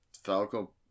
Falco